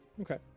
Okay